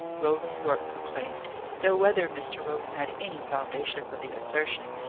roland yorke proclaimed though whether mr. roland had any foundation for the assertion,